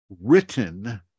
written